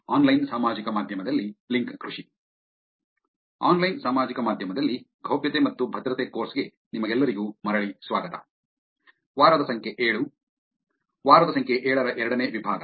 online ಸಾಮಾಜಿಕ ಮಾಧ್ಯಮದಲ್ಲಿ ಗೌಪ್ಯತೆ ಮತ್ತು ಭದ್ರತೆ ಕೋರ್ಸ್ ಗೆ ನಿಮಗೆಲ್ಲರಿಗೂ ಮರಳಿ ಸ್ವಾಗತ ವಾರದ ಸಂಖ್ಯೆ 7 ವಾರದ ಸಂಖ್ಯೆ ಏಳರ ಎರಡನೇ ವಿಭಾಗ